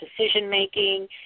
decision-making